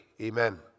Amen